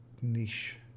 niche